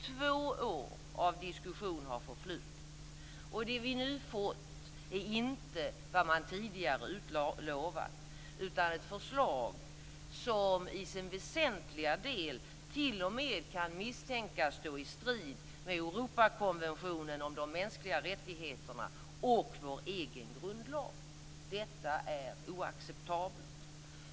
Två år av diskussion har förflutit, och det vi nu fått är inte vad man tidigare utlovat, utan ett förslag som i sin väsentliga del t.o.m. kan misstänkas stå i strid med Europakonventionen om de mänskliga rättigheterna och vår egen grundlag. Detta är oacceptabelt.